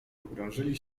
pogrążyli